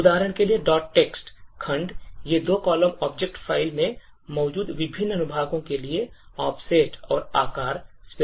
उदाहरण के लिए text खंड ये दो कॉलम object file में मौजूद विभिन्न अनुभागों के लिए ऑफसेट और आकार specified करते हैं